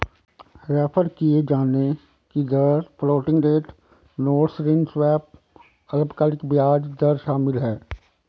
refer किये जाने की दर फ्लोटिंग रेट नोट्स ऋण स्वैप अल्पकालिक ब्याज दर शामिल है